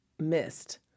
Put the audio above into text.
missed